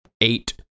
eight